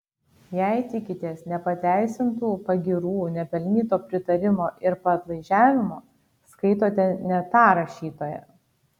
jei tikitės nepateisintų pagyrų nepelnyto pritarimo ir padlaižiavimo skaitote ne tą rašytoją